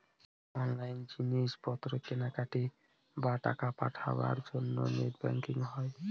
online জিনিস পত্র কেনাকাটি, বা টাকা পাঠাবার জন্য নেট ব্যাঙ্কিং হয়